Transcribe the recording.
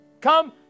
Come